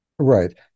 Right